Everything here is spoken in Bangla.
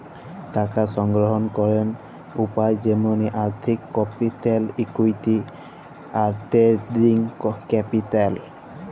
টাকা সংগ্রহল ক্যরের উপায় যেমলি আর্থিক ক্যাপিটাল, ইকুইটি, আর ট্রেডিং ক্যাপিটাল